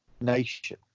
nation